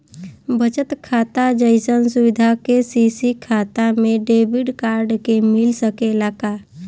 बचत खाता जइसन सुविधा के.सी.सी खाता में डेबिट कार्ड के मिल सकेला का?